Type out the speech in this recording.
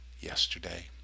yesterday